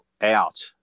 out